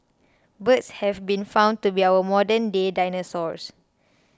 birds have been found to be our modernday dinosaurs